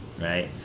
right